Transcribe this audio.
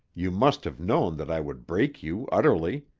you must have known that i would break you utterly.